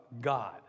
God